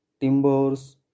timbers